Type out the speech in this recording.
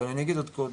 אבל אני אגיד עוד קודם,